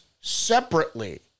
separately